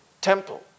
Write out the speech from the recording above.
temple